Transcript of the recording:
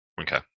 Okay